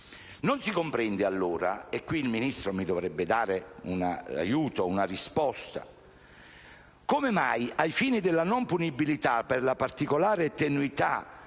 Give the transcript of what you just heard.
Non si comprende allora - e qui il Ministro mi dovrebbe dare un aiuto ed una risposta - come mai, ai fini della non punibilità per la particolare tenuità